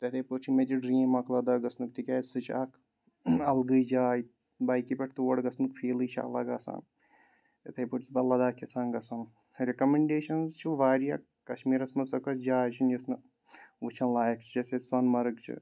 تِتھے پٲٹھۍ چھِ مےٚ تہِ ڈریٖم اکھ لداخ گژھنُک تِکیازِ سُہ چھُ اکھ الگٕے جاے بایکہِ پٮ۪ٹھ تور گژھنُک فیٖلٕے چھِ الگ آسان یِتھٕے پٲٹھۍ چھُس بہٕ لداخ کھژان گژھُن رِکَمنڈیشنٕز چھِ واریاہ کَشمیٖرَس منٛز سۄ کۄس جاے چھِنہٕ یُس نہٕ وٕچھن لایق چھُ جیسے سۄنہٕ مَرگ چھِ